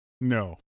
no